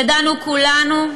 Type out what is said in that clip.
ידענו כולנו,